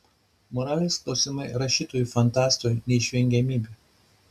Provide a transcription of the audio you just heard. moralės klausimai rašytojui fantastui neišvengiamybė